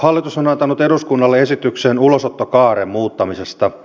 hallitus on antanut eduskunnalle esityksen ulosottokaaren muuttamisesta